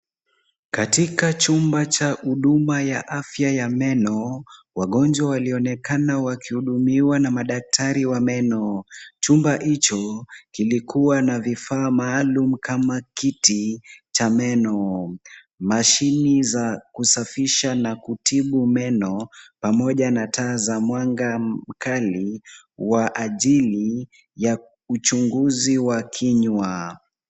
Katika chumba cha huduma ya afya ya meno, wagonjwa walionekana wakihudumiwa na madaktari wa meno. Chumba hicho kilikuwa na vifaa maalum, kama kiti cha meno, mashine za kusafisha na kutibu meno, pamoja na taa za mwanga mkali wa ajili ya uchunguzi wa kinywa.